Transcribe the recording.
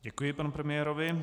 Děkuji panu premiérovi.